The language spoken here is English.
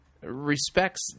respects